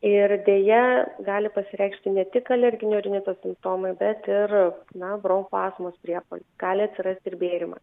ir deja gali pasireikšti ne tik alerginio rinito simptomai bet ir na bronchų astmos priepuoliai gali atsirasti ir bėrima